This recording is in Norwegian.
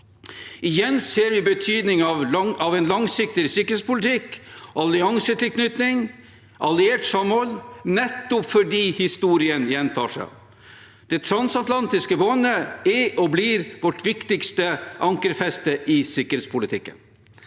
Igjen ser vi betydningen av en langsiktig sikkerhetspolitikk, alliansetilknytning og alliert samhold, nettopp fordi historien gjentar seg. Det transatlantiske båndet er og blir vårt viktigste ankerfeste i sikkerhetspolitikken.